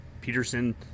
Peterson